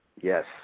Yes